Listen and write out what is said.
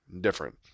Different